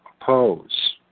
oppose